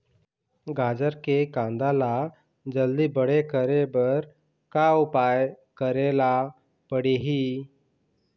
गाजर के कांदा ला जल्दी बड़े करे बर का उपाय करेला पढ़िही?